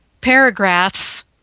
paragraphs